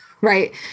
right